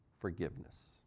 forgiveness